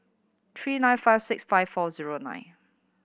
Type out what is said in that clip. three nine five six five four zero nine